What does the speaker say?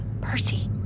Percy